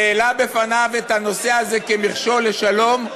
העלה בפניו את הנושא הזה כמכשול לשלום,